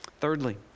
Thirdly